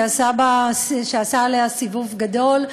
שעשה עליה סיבוב גדול.